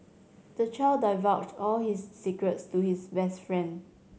the child divulged all his secrets to his best friend